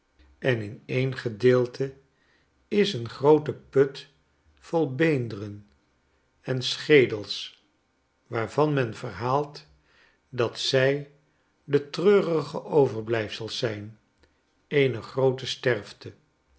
en in n gedeelte is een groote put vol beenderen en schedels waarvan men verhaalt dat zij de treurige overblijfsels zijn eener groote sterfte